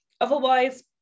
Otherwise